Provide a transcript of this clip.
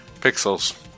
pixels